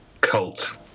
cult